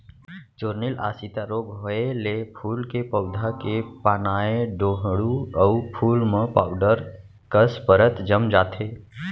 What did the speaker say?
चूर्निल आसिता रोग होउए ले फूल के पउधा के पानाए डोंहड़ू अउ फूल म पाउडर कस परत जम जाथे